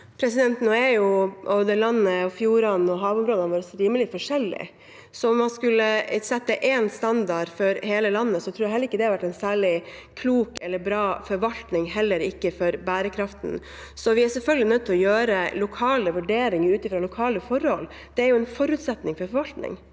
Myrseth Både landet, fjordene og havområdene våre er rimelig forskjellige, så om man skulle sette én standard for hele landet, tror jeg heller ikke det hadde vært en særlig klok eller bra forvaltning, heller ikke for bærekraften. Vi er selvfølgelig nødt til å gjøre lokale vurderinger ut fra lokale forhold. Det er jo en forutsetning for forvaltning.